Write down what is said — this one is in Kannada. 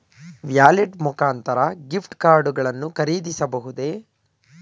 ವ್ಯಾಲೆಟ್ ಮುಖಾಂತರ ಗಿಫ್ಟ್ ಕಾರ್ಡ್ ಗಳನ್ನು ಖರೀದಿಸಬಹುದೇ?